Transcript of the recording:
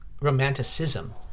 romanticism